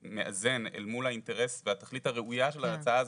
מאזן אל מול האינטרס והתכלית הראויה של ההצעה הזאת,